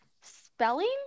spelling